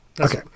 Okay